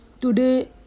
today